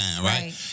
right